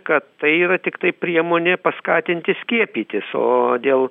kad tai yra tiktai priemonė paskatinti skiepytis o dėl